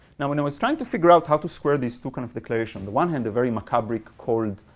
now when i was trying to figure out how to square these two kind of declaration on the one hand, the very macabre, cold,